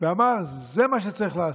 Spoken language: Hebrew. ואמר: זה מה שצריך לעשות.